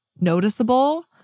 noticeable